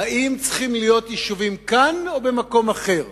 אם צריכים להיות יישובים כאן או במקום אחר,